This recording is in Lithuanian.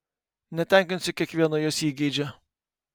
netenkinsiu kiekvieno jos įgeidžio